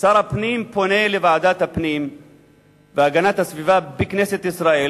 שר הפנים פנה לוועדת הפנים והגנת הסביבה בכנסת ישראל